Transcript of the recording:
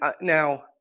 now